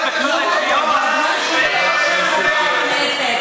בטבח בגוש-עציון?